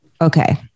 Okay